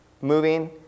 moving